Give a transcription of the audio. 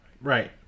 Right